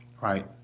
Right